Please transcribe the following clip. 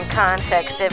context